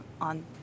on